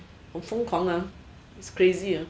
很疯狂啊 it's crazy you know